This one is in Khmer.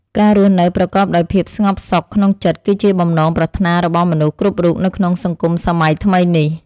ការរស់នៅប្រកបដោយភាពស្ងប់សុខក្នុងចិត្តគឺជាបំណងប្រាថ្នារបស់មនុស្សគ្រប់រូបនៅក្នុងសង្គមសម័យថ្មីនេះ។